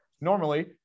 normally